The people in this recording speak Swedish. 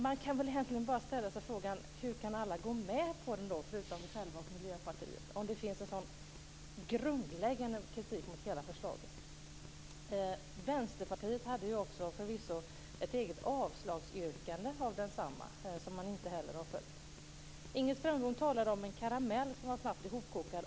Man kan väl egentligen bara ställa sig frågan hur alla då kan gå med på den, förutom vi själva och Miljöpartiet, om det finns en sådan grundläggande kritik mot hela förslaget. Vänsterpartiet hade förvisso också ett eget avslagsyrkande av densamma, som man inte heller har följt. Inger Strömbom talar om en karamell som var snabbt ihopkokad.